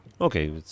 okay